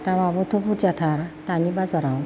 दामाबोथ' बुरजाथार दानि बाजारआव